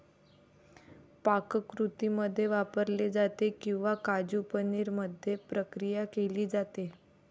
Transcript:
पाककृतींमध्ये वापरले जाते किंवा काजू पनीर मध्ये प्रक्रिया केली जाते